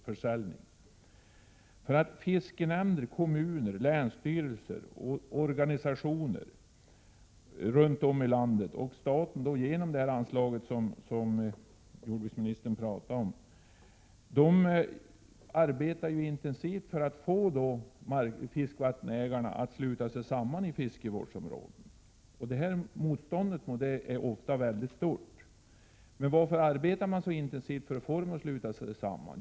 Fiskenämnder, kommuner, länsstyrelser och organisationer runt om i landet — och även staten, genom det anslag som jordbruksministern talar om — arbetar intensivt för att få fiskevattensägarna att sluta sig samman i fiskevårdsområden. Motståndet är ofta stort. Varför arbetar man då så intensivt för att få fiskevattensägarna att sluta sig samman?